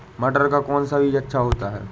मटर का कौन सा बीज अच्छा होता हैं?